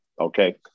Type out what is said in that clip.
okay